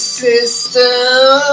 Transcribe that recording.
system